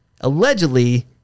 allegedly